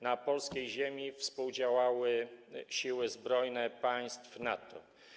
Na polskiej ziemi współdziałały siły zbrojne państw NATO.